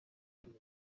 filime